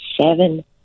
seven